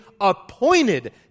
appointed